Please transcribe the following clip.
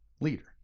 leader